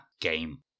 game